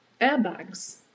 airbags